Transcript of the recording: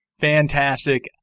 Fantastic